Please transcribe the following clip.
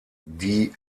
die